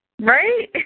right